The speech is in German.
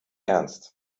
ernst